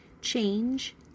Change